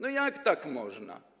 No jak tak można?